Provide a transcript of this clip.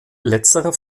letzter